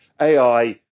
ai